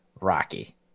Rocky